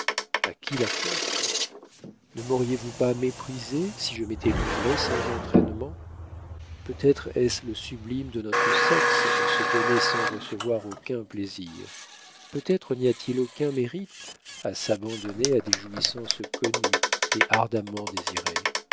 a qui la faute ne mauriez vous pas méprisée si je m'étais livrée sans entraînement peut-être est-ce le sublime de notre sexe de se donner sans recevoir aucun plaisir peut-être n'y a-t-il aucun mérite à s'abandonner à des jouissances connues et ardemment désirées